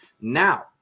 now